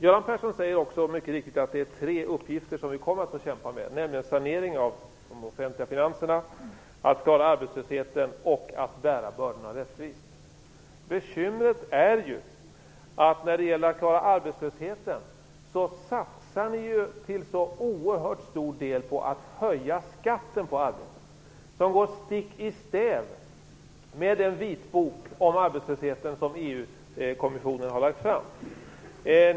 Göran Persson säger också mycket riktigt att det är tre uppgifter som vi kommer att få kämpa med, nämligen sanering av de offentliga finanserna, att klara arbetslösheten och att bära bördorna rättvist. Bekymret är att ni när det gäller att klara arbetslösheten till så oerhört stor del satsar på att höja skatten på arbete, som går stick i stäv med den vitbok om arbetslösheten som EU-kommissionen har lagt fram.